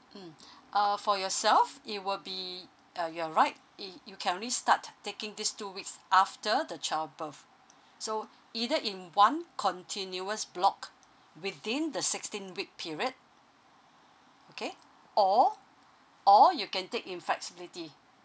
mm uh for yourself it will be uh you're right it you can only start taking these two weeks after the childbirth so either in one continuous block within the sixteen week period okay or all you can take in flexibility